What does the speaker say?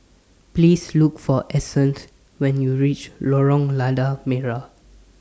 Please Look For Essence when YOU REACH Lorong Lada Merah